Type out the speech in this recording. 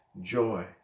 joy